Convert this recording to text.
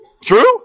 True